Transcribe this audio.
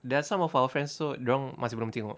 there are some of our friends also dorang masih belum tengok